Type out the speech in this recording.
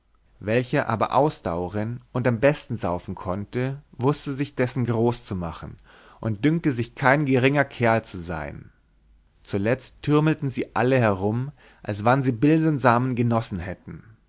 welcher aber ausdauren und am besten saufen konnte wußte sich dessen großzumachen und dünkte sich kein geringer kerl zu sein zuletzt türmelten sie alle herum als wann sie bilsensamen genossen hätten